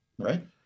Right